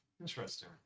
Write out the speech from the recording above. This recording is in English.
Interesting